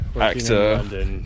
actor